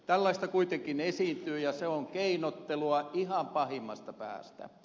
tällaista kuitenkin esiintyy ja se on keinottelua ihan pahimmasta päästä